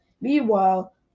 meanwhile